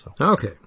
Okay